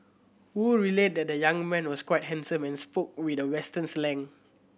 Wu relayed that the young man was quite handsome and spoke with a western slang